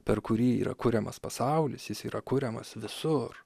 per kurį yra kuriamas pasaulis jis yra kuriamas visur